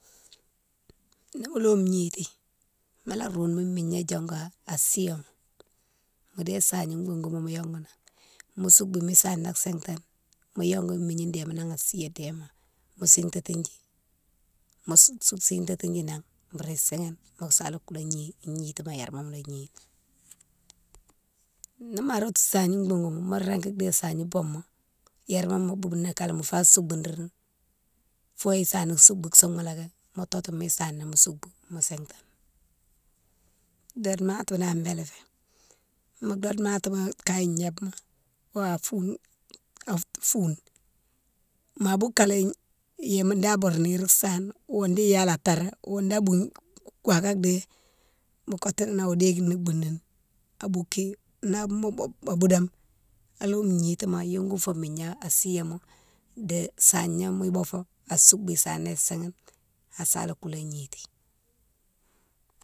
Nimo lome gnity mola roume migna diongou a siyéma, mo déye sahigne bougouma mo yongou nan, mo souboune sana sintane mo yongou migni déma nan a siyé déma mo sintati dji, mo sintati dji nan bourou sihine mo sala koulé gni, yerma mola gnini. Ni ma rotou sahigne bougouma mo régui déye sahigne bougma yerma mo boug ni kalé mofa soubourini foye isani soubou son moléké, mo totou mo sana mo soubou mo sintane. Domati dane béla fé, mo domati kagne gnébma o a foune, a foune ma boukalé yéma nda a boure nire sane o di yalé a taré, ndi a bou gouwaké di mo kotini awo dikini bouni, a boukine, na boudame, a lome gnitima a yongou fo migna a siyéma di sahigna mo boufo a soubou sana sihine asala koulé gnity.